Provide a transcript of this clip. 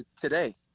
today